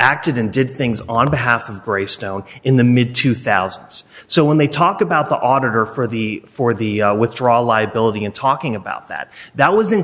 acted and did things on behalf of gray stone in the mid two thousand so when they talk about the auditor for the for the withdrawal liability and talking about that that was in